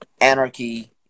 anarchy